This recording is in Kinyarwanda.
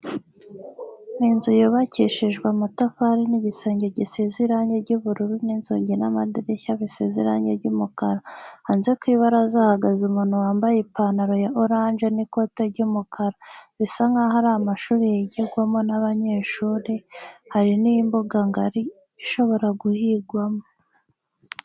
Ni inzu yubakishijwe amatafari n'igisenge gisize irange ry'ubururu n'inzugi n'amadirishya bisize irange ry'umukara. Hanze ku ibaraza hahagaze umuntu wambaye ipanaro ya oranje n'ikote ry'umukara, bisa nkaho ari amashuri yigigwamo n'abanyeshuri, hari n'imbuga ngari ishobora guhingwamo.